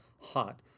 hot